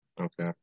Okay